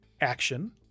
action